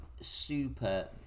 super